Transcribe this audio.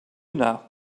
now